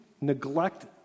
neglect